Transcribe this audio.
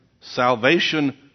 salvation